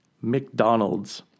McDonald's